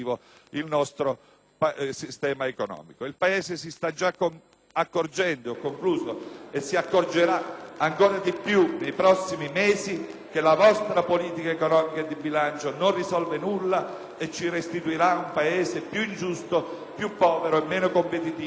II Paese si sta già accorgendo e si accorgerà ancora di più nei prossimi mesi che la vostra politica economica e di bilancio non risolve nulla e ci restituirà un Paese più ingiusto, più povero, meno competitivo e più indebitato.